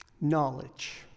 knowledge